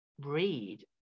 read